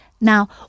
Now